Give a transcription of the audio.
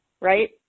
right